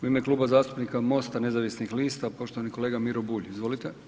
U ime Kluba zastupnika MOST-a nezavisnih lista, poštovani kolega Miro Bulj, izvolite.